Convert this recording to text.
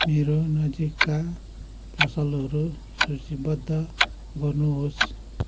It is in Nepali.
मेरो नजिकका पसलहरू सूचीबद्ध गर्नुहोस्